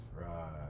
Right